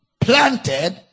planted